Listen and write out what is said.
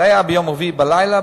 זה היה ביום רביעי בלילה.